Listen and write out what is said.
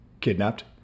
kidnapped